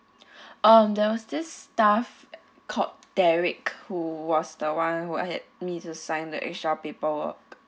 um there was this staff called derrick who was the one who had me to sign the extra paperwork